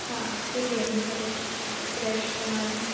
हा पुॼी वेंदो सॼो फ़्रैश सामानु